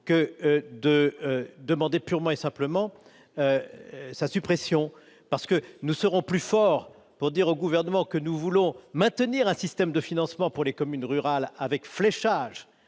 que de demander purement et simplement sa suppression. D'accord ! Nous serons plus forts pour dire au Gouvernement que nous voulons maintenir un système de financement pour les communes rurales, avec fléchage